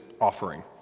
offering